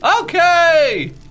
Okay